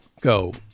go